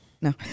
No